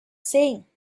saying